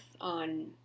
on